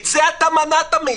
את זה מנעת מאתנו,